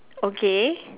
okay